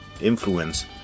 influence